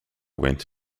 went